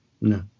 no